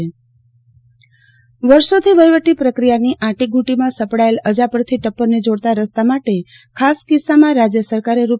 આરતી ભટ્ટ રસ્તાનું ખાતમુહુર્ત વર્ષોથી વહીવટી પ્રક્રિયાની આંટીઘૂંટીમાં સપડાયેલ અજાપરથી ટપ્પરને જોડતા રસ્તા માટે ખાસ કિસ્સામાં રાજ્ય સરકારે રૂ